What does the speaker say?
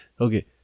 Okay